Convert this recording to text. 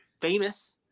famous